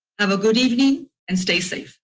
have a good evening and stay safe.